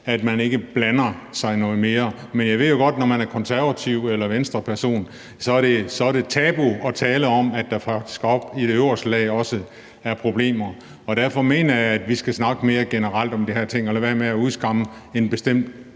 at man ikke blander sig noget mere. Men jeg ved jo godt, at når man er konservativ eller Venstreperson, er det et tabu at tale om, at der faktisk oppe i det øverste lag også er problemer, og derfor mener jeg, vi skal snakke mere generelt om de her ting og lade være med at udskamme en bestemt